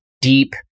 deep